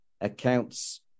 accounts